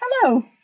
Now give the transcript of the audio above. hello